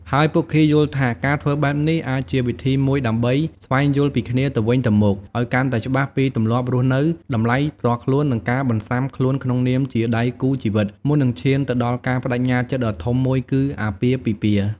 ហើយពួកគេយល់ថាការធ្វើបែបនេះអាចជាវិធីមួយដើម្បី ស្វែងយល់ពីគ្នាទៅវិញទៅមក ឱ្យកាន់តែច្បាស់ពីទម្លាប់រស់នៅ តម្លៃផ្ទាល់ខ្លួន និងការបន្សាំខ្លួនក្នុងនាមជាដៃគូជីវិត មុននឹងឈានទៅដល់ការប្តេជ្ញាចិត្តដ៏ធំមួយគឺអាពាហ៍ពិពាហ៍។